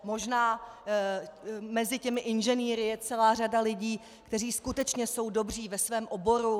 Možná mezi těmi inženýry je celá řada lidí, kteří skutečně jsou dobří ve svém oboru.